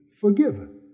forgiven